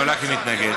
עולה כי היא מתנגדת,